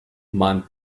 mind